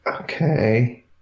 Okay